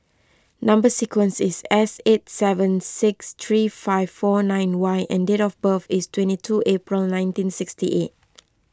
Number Sequence is S eight seven six three five four nine Y and date of birth is twenty two April nineteen sixty eight